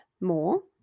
more